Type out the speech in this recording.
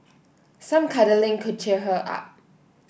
some cuddling could cheer her up